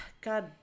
God